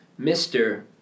Mr